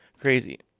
Crazy